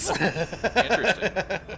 Interesting